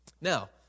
Now